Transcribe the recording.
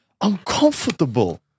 uncomfortable